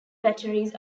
batteries